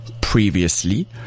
previously